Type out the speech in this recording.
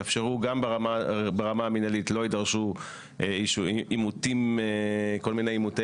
ברמה המינהלית לא יידרשו כל מיני אימותי